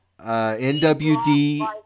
NWD